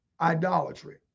idolatry